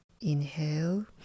Inhale